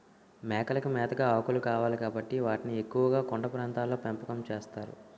మేకలకి మేతగా ఆకులు కావాలి కాబట్టి వాటిని ఎక్కువుగా కొండ ప్రాంతాల్లో పెంపకం చేస్తారు